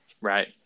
Right